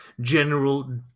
general